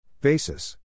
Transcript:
Basis